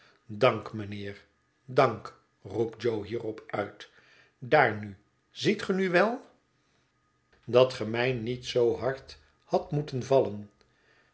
dank mijnheer dank roept jo hierop uit daar nu ziet ge nu wel dat ge het verlaten huis mij niet zoo hard hadt moeten vallen